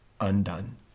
undone